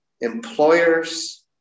employers